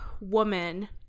woman